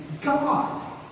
God